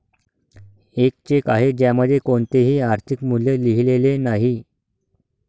एक चेक आहे ज्यामध्ये कोणतेही आर्थिक मूल्य लिहिलेले नाही